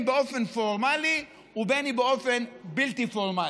באופן פורמלי ובין אם באופן בלתי פורמלי.